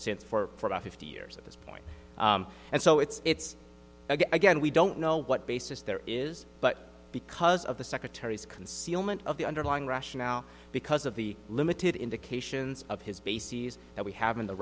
since for about fifty years at this point and so it's it's again we don't know what basis there is but because of the secretary's concealment of the underlying rationale because of the limited indications of his bases that we have in the